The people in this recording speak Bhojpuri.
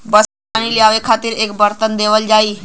बस पानी लियावे खातिर एक बरतन देवल जाई